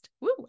Woo